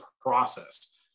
process